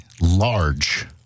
large